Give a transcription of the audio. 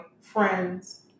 friends